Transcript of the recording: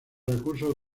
recursos